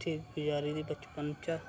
ठीक गुजारी दी बचपन चा